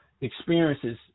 experiences